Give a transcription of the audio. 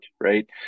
right